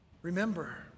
Remember